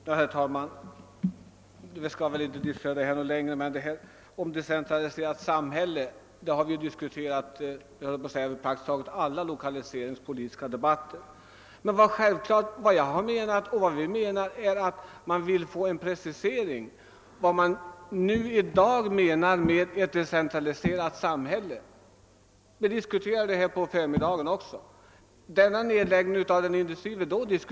Herr talman! Jag skall inte förlänga denna debatt så mycket mer. Frågan om ett decentraliserat samhälle har vi ju' diskuterat vid snart sagt alla lokaliseringspolitiska debatter. Vi vill ha en precisering av vad man i dag menar med ett decentraliserat samhälle. Vi diskuterade den saken också i förmiddags i samband med nedläggningen av industrin i Äggfors.